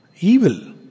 evil